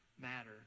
matter